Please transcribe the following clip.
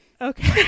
Okay